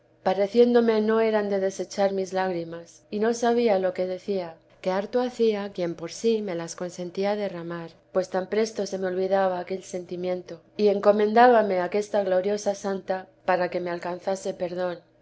pies pareciéndome no eran de desechar mis lágrimas y no sabía lo que decía que harto hacía quien por sí me las consentía derramar pues tan presto se me olvidaba aquel sentimiento y encomendábame a aquesta gloriosa santa para que me alcanzase perdón